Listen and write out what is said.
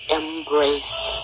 embrace